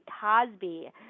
Cosby